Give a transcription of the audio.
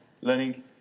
Learning